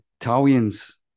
Italians